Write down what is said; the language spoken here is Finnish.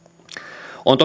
on